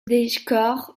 décor